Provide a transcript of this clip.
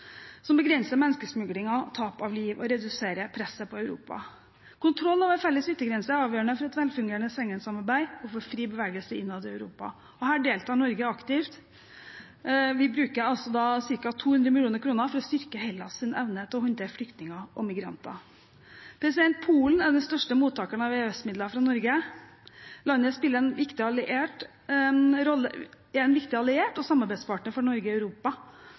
som begrenser menneskesmuglingen og tap av liv og reduserer presset på Europa. Kontroll ved vår felles yttergrense er avgjørende for et velfungerende Schengen-samarbeid og for fri bevegelse innad i Europa. Her deltar Norge aktivt. Vi bruker ca. 200 mill. kr for å styrke Hellas’ evne til å håndtere flyktninger og migranter. Polen er den største mottakeren av EØS-midler fra Norge. Landet er en viktig alliert og samarbeidspartner for Norge i Europa.